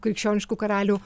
krikščioniškų karalių